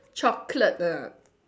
chocolate ah